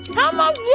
how am ah